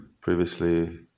previously